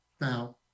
now